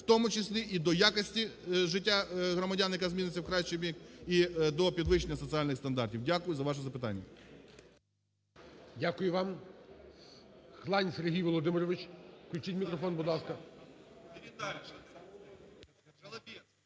в тому числі і до якості життя громадян, яке зміниться в кращий бік і до підвищення соціальних стандартів. Дякую за ваше запитання. ГОЛОВУЮЧИЙ. Дякую вам. Хлань Сергій Володимирович. Включіть мікрофон, будь ласка.